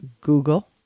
Google